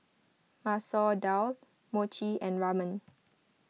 Masoor Dal Mochi and Ramen